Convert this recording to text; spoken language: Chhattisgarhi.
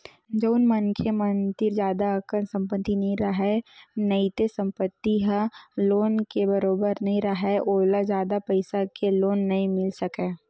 जउन मनखे मन तीर जादा अकन संपत्ति नइ राहय नइते संपत्ति ह लोन के बरोबर नइ राहय ओला जादा पइसा के लोन नइ मिल सकय